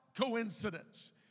coincidence